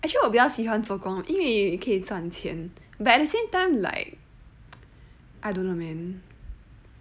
actually 我比较喜欢做工因为可以赚钱 but at the same time like I don't know man